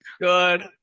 good